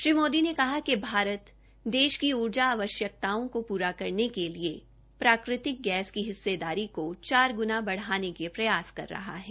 श्री मोदी ने कहा कि भारत देश की ऊर्जा आवश्यकताओं को पूरा करने के लिए प्राकृतिक गैस की हिस्सेदारी को चार गुणा बढाने के प्रयास कर रहा है